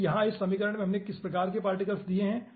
फिर यहाँ इस समीकरण में हमने किस प्रकार के पार्टिकल्स दिए हैं